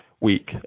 week